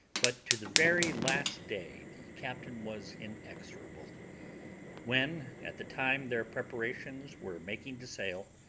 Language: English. but to the very last day the captain was inexorable when, at the time their preparations were making to sail,